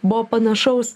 buvo panašaus